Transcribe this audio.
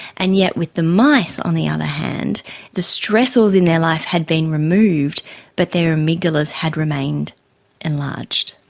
and yet with the mice on the other hand the stressors in their life had been removed but their amygdalas had remained enlarged.